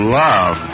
love